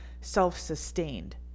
self-sustained